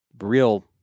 real